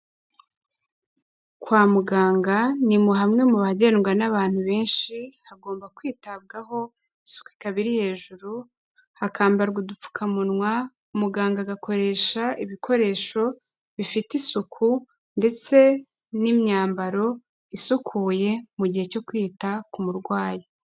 Kwa muganga ni mu hamwe mu hagendwa n'abantu benshi, hagomba kwitabwaho isuku ikaba iri hejuru hakambarwa udupfukamunwa, muganga agakoresha ibikoresho bifite isuku ndetse n'imyambaro isukuye mu gihe cyo kwita ku murwayi.